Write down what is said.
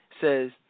says